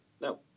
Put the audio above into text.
No